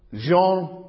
Jean